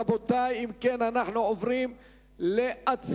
רבותי, אם כן, אנחנו עוברים להצבעה